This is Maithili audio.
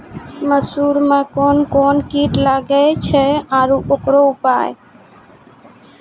मसूर मे कोन कोन कीट लागेय छैय आरु उकरो उपाय?